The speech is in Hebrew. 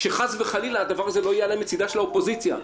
שחס וחלילה הדבר הזה לא יעלה מצדה של האופוזיציה.